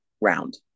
round